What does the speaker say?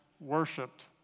worshipped